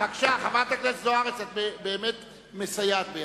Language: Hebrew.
חברת הכנסת זוארץ, את באמת מסייעת בידי.